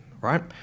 right